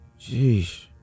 Jeez